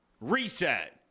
reset